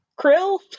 krill